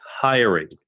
hiring